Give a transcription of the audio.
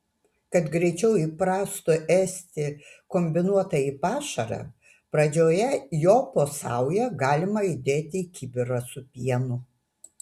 kad greičiau įprastų ėsti kombinuotąjį pašarą pradžioje jo po saują galima įdėti į kibirą su pienu